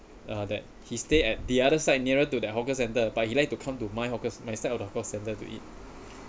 uh that he stay at the other side nearer to that hawker centre but he liked to come to my hawkers my side of the hawker centre to eat